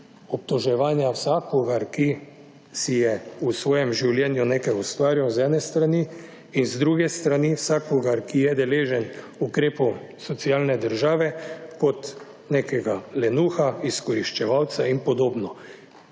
obtoževanja vsakogar, ki si je v svojem življenju nekaj ustvaril iz ene stvari in iz druge strani vsakogar, ki je deležen ukrepov socialne države kot nekega lenuha, izkoriščevalca in podobno.